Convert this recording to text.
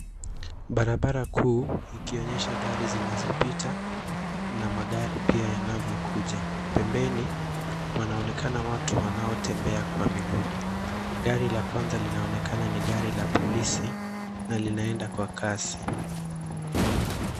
Barabara kuu ikonyesha gari zinazopita na magari pia yanavyokuja. Pembeni, wanaonekana watu wanaotembea kwa miguu. Gari la kwanza linaonekana ni gari la polisi na linaenda kwa kasi.